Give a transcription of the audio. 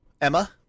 Emma